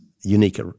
unique